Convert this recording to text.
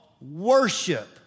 worship